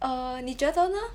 err 你觉得呢